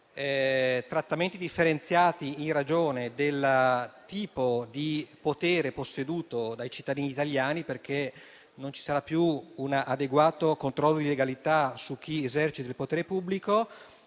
trattamenti differenziati, in ragione del tipo di potere posseduto dai cittadini italiani, perché non ci sarà più un adeguato controllo di legalità su chi esercita il potere pubblico